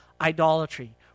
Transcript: idolatry